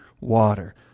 water